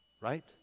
Right